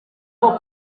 bwo